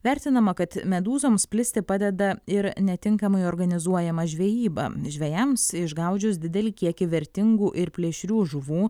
vertinama kad medūzoms plisti padeda ir netinkamai organizuojama žvejyba žvejams išgaudžius didelį kiekį vertingų ir plėšrių žuvų